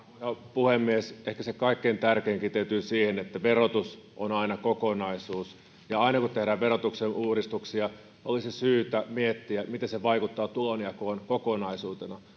puhemies ehkä se kaikkein tärkein kiteytyy siihen että verotus on aina kokonaisuus aina kun tehdään verotuksen uudistuksia olisi syytä miettiä miten se vaikuttaa tulonjakoon kokonaisuutena